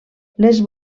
les